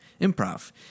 improv